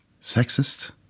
sexist